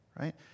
right